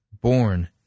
Born